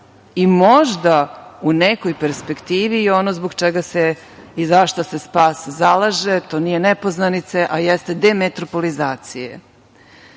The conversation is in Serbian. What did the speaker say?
i možda u nekoj perspektivi i ono zbog čega se i zašta se SPAS zalaže, to nije nepoznanica, a jeste demotropolizacije. Veliki